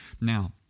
now